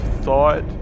thought